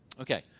Okay